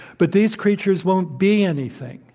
but these creatures won't be anything,